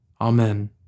Amen